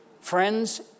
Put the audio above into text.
Friends